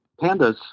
Pandas